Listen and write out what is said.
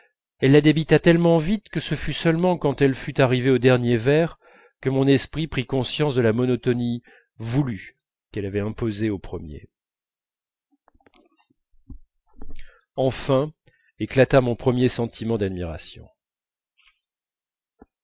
elle la débita tellement vite que ce fut seulement quand elle fut arrivée au dernier vers que mon esprit prit conscience de la monotonie voulue qu'elle avait imposée aux premiers enfin éclata mon premier sentiment d'admiration